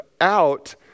out